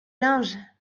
linge